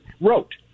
wrote